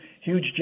huge